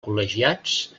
col·legiats